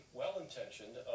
well-intentioned